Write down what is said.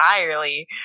entirely